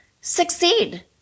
succeed